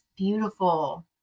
beautiful